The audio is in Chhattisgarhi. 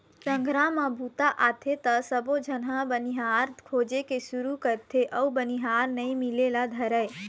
संघरा म बूता आथे त सबोझन ह बनिहार खोजे के सुरू करथे अउ बनिहार नइ मिले ल धरय